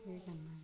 केह् करना फ्ही